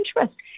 interest